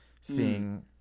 seeing